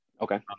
Okay